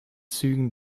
zügen